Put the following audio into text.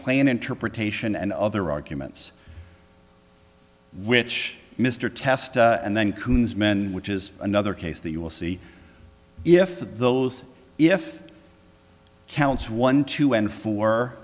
plain interpretation and other arguments which mr test and then coons men which is another case that you will see if if those counts one two and four